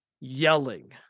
yelling